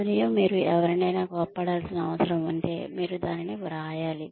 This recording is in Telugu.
మరియు మీరు ఎవరినైనా కోప్పడాల్సిన అవసరం ఉంటే మీరు దానిని వ్రాయాలి